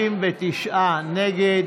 59 נגד,